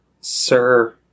Sir